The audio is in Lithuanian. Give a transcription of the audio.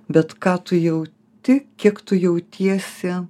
bet ką tu jauti kiek tu jautiesi